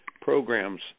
programs